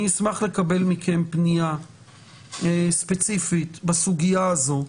אני אשמח לקבל מכם פנייה ספציפית בסוגיה הזאת.